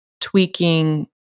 tweaking